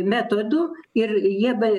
metodų ir jie ba